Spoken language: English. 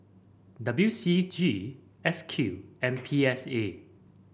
W C G S Q and P S A